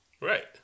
Right